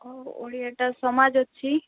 ଓଡ଼ିଆଟା ସମାଜ ଅଛି